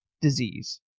disease